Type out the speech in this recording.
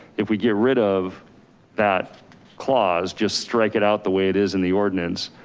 if we get rid of that clause, just strike it out the way it is in the ordinance.